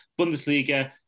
Bundesliga